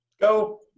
go